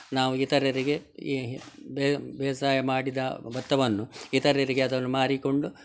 ನಾವು ಇತರರಿಗೆ ಈ ಬೇಸಾಯ ಮಾಡಿದ ಭತ್ತವನ್ನು ಇತರರಿಗೆ ಅದನ್ನು ಮಾರಿಕೊಂಡು